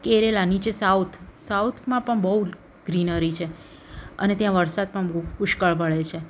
કેરેલા નીચે સાઉથ સાઉથમાં પણ બહુ ગ્રીનરી છે અને ત્યાં વરસાદ પણ બહુ પુષ્કળ પડે છે